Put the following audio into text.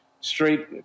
straight